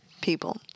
people